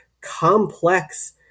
complex